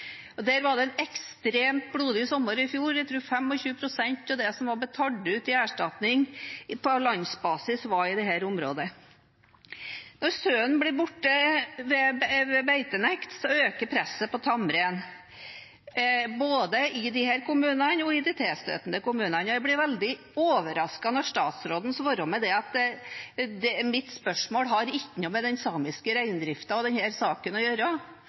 Der var det en ekstremt blodig sommer i fjor – jeg tror 25 pst. av det som ble betalt ut i erstatning på landsbasis, var i dette området. Når sauen blir borte ved beitenekt, øker presset på tamrein i disse kommunene og i de tilstøtende kommunene. Jeg blir veldig overrasket når statsråden svarer med at mitt spørsmål ikke har noe med den samiske reindriften og denne saken å gjøre.